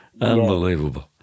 Unbelievable